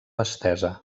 estesa